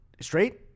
Straight